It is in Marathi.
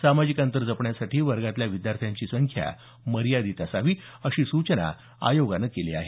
सामाजिक अंतर जपण्यासाठी वर्गातल्या विद्यार्थ्यांची संख्या मर्यादित असावी अशी सूचना आयोगानं केल्या आहेत